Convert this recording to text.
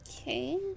Okay